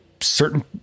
certain